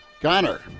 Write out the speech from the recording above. Connor